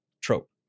trope